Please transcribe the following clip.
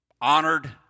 honored